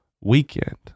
weekend